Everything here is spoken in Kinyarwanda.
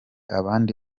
abandi